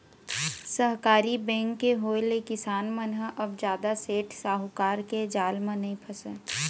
सहकारी बेंक के होय ले किसान मन ह अब जादा सेठ साहूकार के जाल म नइ फसय